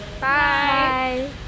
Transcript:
Bye